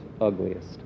ugliest